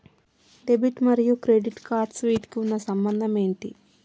Debit మరియు credit cards వీటికి ఉన్న సంబంధం ఏంటి?